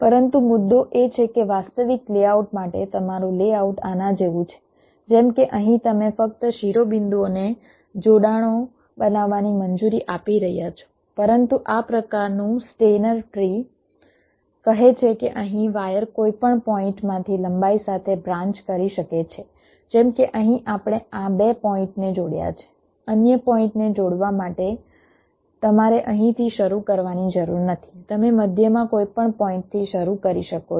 પરંતુ મુદ્દો એ છે કે વાસ્તવિક લેઆઉટ માટે તમારું લેઆઉટ આના જેવું છે જેમ કે અહીં તમે ફક્ત શિરોબિંદુઓને જોડાણો બનાવવાની મંજૂરી આપી રહ્યા છો પરંતુ આ પ્રકારનું સ્ટેઈનર ટ્રી કહે છે કે અહીં વાયર કોઈપણ પોઈન્ટમાંથી લંબાઈ સાથે બ્રાન્ચ કરી શકે છે જેમ કે અહીં આપણે આ 2 પોઈન્ટને જોડ્યા છે અન્ય પોઈન્ટને જોડવા માટે તમારે અહીંથી શરૂ કરવાની જરૂર નથી તમે મધ્યમાં કોઈપણ પોઈન્ટથી શરૂ કરી શકો છો